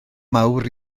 mawr